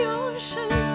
ocean